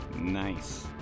Nice